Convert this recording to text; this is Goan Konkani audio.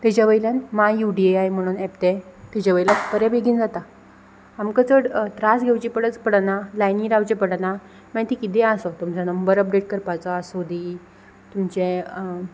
तेज्या वयल्यान माय यूडीएआय म्हणून एप तें तेजे वयल्यान बरें बेगीन जाता आमकां चड त्रास घेवची पडच पडना लायनी रावचें पडना मागी ती कितेंय आसो तुमचो नंबर अपडेट करपाचो आसुंदी तुमचें